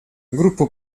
группа